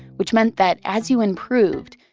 which meant that as you improved,